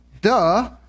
duh